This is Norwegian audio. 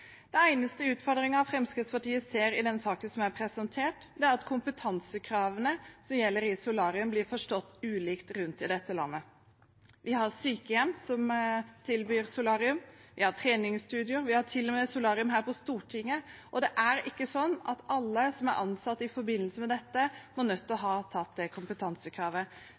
eneste utfordringen Fremskrittspartiet ser i den saken som er presentert, er at kompetansekravene som gjelder i solarium, blir forstått ulikt rundt i landet. Vi har sykehjem som tilbyr solarium, vi har treningsstudioer, vi har til og med solarium her på Stortinget. Og det er ikke sånn at alle som er ansatt i forbindelse med dette, er berørt av kompetansekravet. Fremskrittspartiet har bedt om at vi rydder opp i det